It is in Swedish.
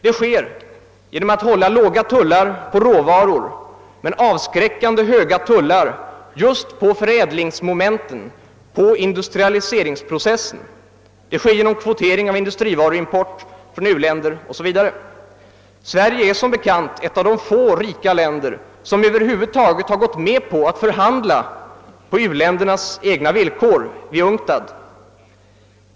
Det sker genom att hålla låga tullar på råvaror men avskräckande höga tullar just på förädlingsmomenten, på industrialiseringsprocessen, genom <kvotering av industrivaruimport från u-länder 0. s. V. Sverige är som bekant ett av de få rika länder som över huvud taget gått med på att förhandla på u-ländernas egna villkor i UNCTAD.